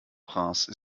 prince